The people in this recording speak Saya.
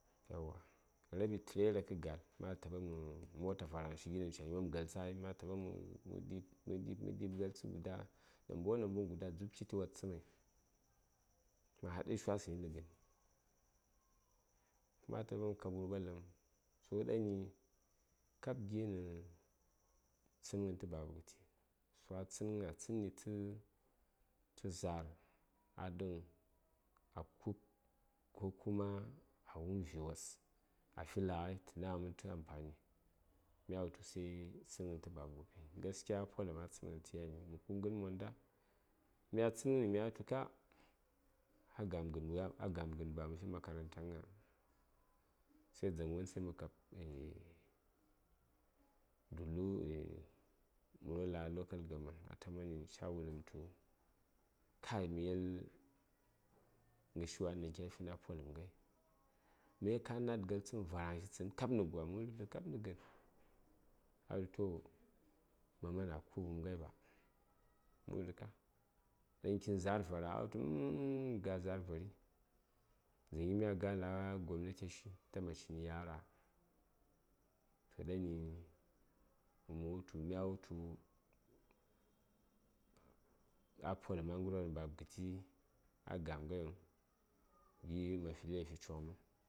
yauwa raɓi trailer kə gal ma taɓa mə nyom mota varaŋshi gi ɗaŋ ca nyom mataɓa mə ɗi:b galtsə namboŋ namboŋ guda dzub tliti watsəmai mə haɗa shiwasənyi nə gən ma taɓa mə kab wurɓa ləpm so ɗani kab gi nə tsən ghən tə baba gəti so a tsənghən a tsənni ntsən tə za:r a ku:b ko kuma wum viwos a fi laghai tə na ghə mən tə amfani mya wutu sai tsənghən tə baba gopi gaskiya a poləm a tsənghən tə yani mə ku:b ghən monda mya tsənghəni myatu ka a gam ghən ba məfi makarantan gna sai dzaŋgon sai mə kab eh domin eh murghə la: local government ata mani ca wuləm tu kai mə yel ghəshi wan ɗaŋ kya fin a poləm ghai mə yel ka nad galtsə nə varaŋshi tsən kab nə gwa mə wutu kab nə gən a wutu toh a man a ku:b ghai ɓa mə wutu ka ɗaŋ kin za:r vara no no no ga za:r vari dzangi mya ga la gobnateshi ta ma cin yara toh ɗani ghan mə wutu mya wutu a poləm a ghəryo ɗaŋ baba gəti a ga: ghayiŋ gi a fi laifi coŋ mən